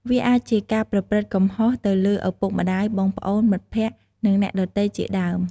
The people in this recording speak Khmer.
វាអាចជាការប្រព្រឹត្តកំហុសទៅលើឪពុកម្ដាយ បងប្អូន មិត្តភក្តិ និងអ្នកដទៃជាដើម។